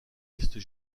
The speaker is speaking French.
listes